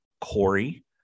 Corey